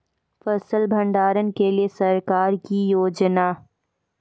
फसल भंडारण के लिए सरकार की योजना?